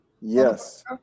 Yes